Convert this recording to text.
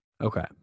Okay